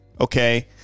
Okay